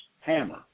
hammer